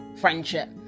friendship